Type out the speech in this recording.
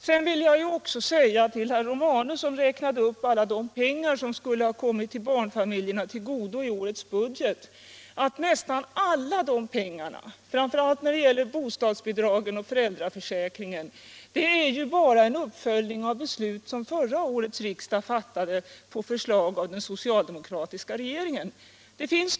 Herr Romanus räknade upp alla pengar som har kommit barnfamiljerna till godo i årets budget. Men alla dessa pengar, framför allt förbättringar av bostadsbidrag och föräldraförsäkring, har tillkommit genom beslut som förra årets riksdag fattade på förslag av den socialdemokratiska regeringen.